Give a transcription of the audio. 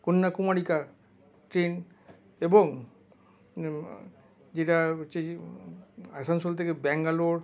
Kanyakumarika train এবং যেটা হচ্ছে আসানসোল থেকে ব্যাঙ্গালোর